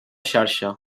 xarxa